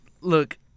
look